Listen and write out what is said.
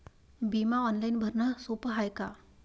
बिमा ऑनलाईन भरनं सोप हाय का?